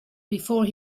before